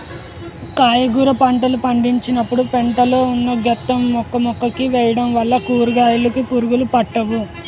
కాయగుర పంటలు పండించినపుడు పెంట లో ఉన్న గెత్తం ను మొక్కమొక్కకి వేయడం వల్ల కూరకాయలుకి పురుగులు పట్టవు